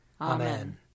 Amen